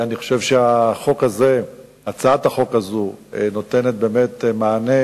אני חושב שהצעת החוק הזאת נותנת באמת מענה